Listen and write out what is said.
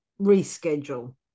reschedule